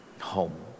home